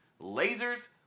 Lasers